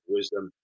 Wisdom